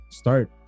start